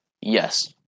Yes